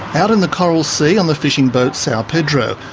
out in the coral sea on the fishing boat sao pedro,